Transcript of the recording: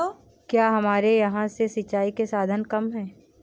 क्या हमारे यहाँ से सिंचाई के साधन कम है?